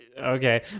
Okay